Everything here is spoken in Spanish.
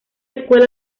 escuela